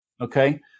Okay